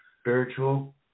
spiritual